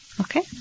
Okay